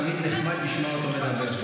תמיד נחמד לשמוע אותו מדבר.